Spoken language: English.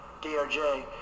drj